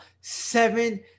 seven